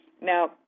Now